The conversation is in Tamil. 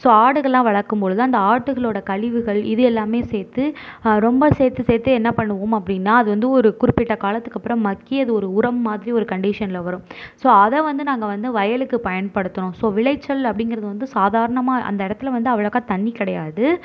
ஸோ ஆடுகளாம் வளர்க்கும்பொழுது அந்த ஆட்டுகளோட கழிவுகள் இது எல்லாமே சேர்த்து ரொம்ப சேர்த்து சேர்த்து என்ன பண்ணுவோம் அப்படின்னா அது வந்து ஒரு குறிப்பிட்ட காலத்துக்கப்புறோம் அது மக்கி அது ஒரு உரம் மாதிரி ஒரு கண்டிஷனில் வரும் ஸோ அதை வந்து நாங்கள் வந்து வயலுக்கு பயன்படுத்துனோம் ஸோ விளைச்சல் அப்படிங்கிறது வந்து சாதாரணமாக அந்த இடத்துல வந்து அவ்வளக்கா தண்ணி கிடையாது